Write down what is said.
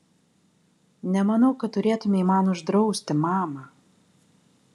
nemanau kad turėtumei man uždrausti mama